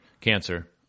Cancer